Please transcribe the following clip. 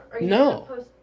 No